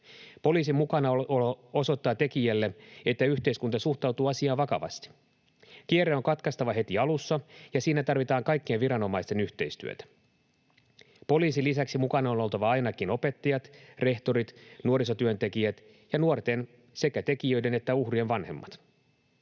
Poliisin mukanaolo osoittaa tekijälle, että yhteiskunta suhtautuu asiaan vakavasti. Kierre on katkaistava heti alussa, ja siinä tarvitaan kaikkien viranomaisten yhteistyötä. Poliisin lisäksi mukana on oltava ainakin opettajat, rehtorit, nuorisotyöntekijät ja nuorten — sekä tekijöiden että uhrien — vanhemmat.